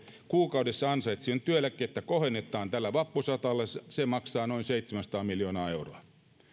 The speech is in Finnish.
kuukaudessa ansaitsevien työeläkettä kohennetaan tällä vappusatasella se se maksaa noin seitsemänsataa miljoonaa euroa